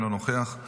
אינו נוכח,